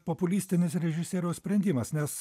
populistinis režisieriaus sprendimas nes